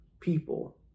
people